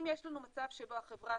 אם יש לנו מצב שבו החברה,